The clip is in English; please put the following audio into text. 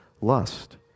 lust